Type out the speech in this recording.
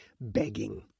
begging